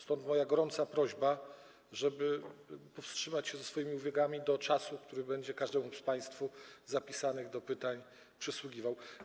Stąd moja gorąca prośba, żeby powstrzymać się ze swoimi uwagami do czasu, który będzie każdemu z państwa zapisanych do pytań przysługiwał.